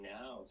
now